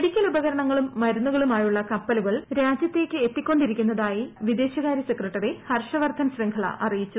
medical ഉപകരണങ്ങളും മരുന്നുകളുമായുള്ള കപ്പലുകൾ രാജ്യത്തേയ്ക്ക് എത്തിക്കൊണ്ടിരിക്കുന്നതായി വിദേശകാര്യ സെക്രട്ടറി ഹർഷവർദ്ധൻ ശൃംഖ്ള അറിയിച്ചു